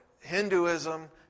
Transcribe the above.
Hinduism